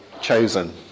chosen